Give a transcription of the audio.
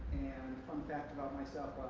fun fact about myself,